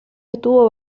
estuvo